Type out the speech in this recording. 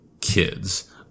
kids